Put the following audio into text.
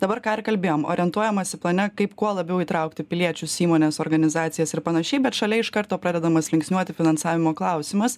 dabar ką ir kalbėjom orientuojamasi plane kaip kuo labiau įtraukti piliečius įmones organizacijas ir panašiai bet šalia iš karto pradedamas linksniuoti finansavimo klausimas